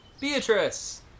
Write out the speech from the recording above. Beatrice